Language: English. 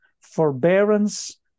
forbearance